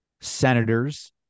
Senators